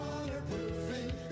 Waterproofing